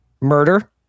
murder